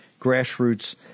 grassroots